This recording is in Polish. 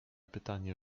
pytanie